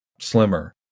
slimmer